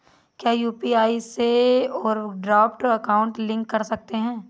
क्या यू.पी.आई से overdraft account link कर सकते हैं?